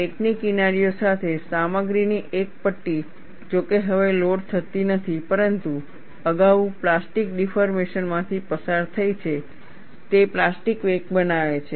crack ની કિનારીઓ સાથે સામગ્રીની એક પટ્ટી જો કે હવે લોડ થતી નથી પરંતુ અગાઉ પ્લાસ્ટિક ડિફોર્મેશન માંથી પસાર થઈ છે તે પ્લાસ્ટિક વેક બનાવે છે